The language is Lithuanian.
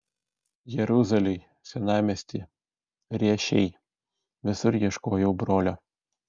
jeruzalėj senamiesty riešėj visur ieškojau brolio